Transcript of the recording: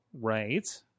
Right